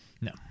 No